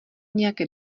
nějaké